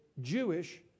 Jewish